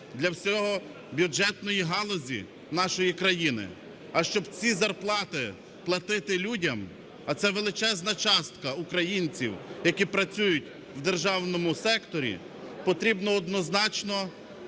для всієї бюджетної галузі нашої країни. А щоб ці зарплати платити людям, а це величезна частка українців, які працюють у державному секторі, потрібно однозначно,